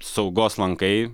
saugos lankai